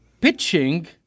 pitching